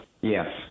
Yes